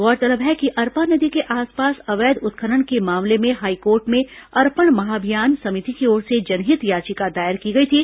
गौरतलब है कि अरपा नदी के आसपास अवैध उत्खनन के मामले में हाईकोर्ट में अर्पण महाभियान समिति की ओर से जनहित याचिका दायर की गई थी